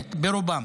ומצוינת ברובם.